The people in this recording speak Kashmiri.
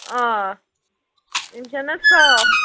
آ یِم چھا نا صاف